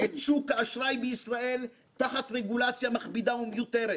את שוק האשראי בישראל תחת רגולציה מכבידה ומיותרת